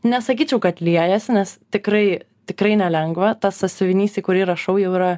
nesakyčiau kad liejasi nes tikrai tikrai nelengva tas sąsiuvinys į kurį rašau jau yra